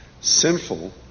sinful